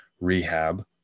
rehab